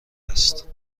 است